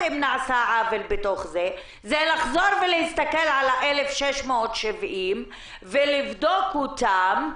אם נעשה עוול בתוך זה הוא לחזור ולהסתכל על ה-1,670 ולבדוק אותן,